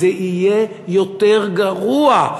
זה יהיה יותר גרוע.